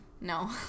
no